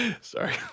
Sorry